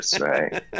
right